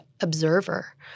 observer